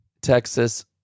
Texas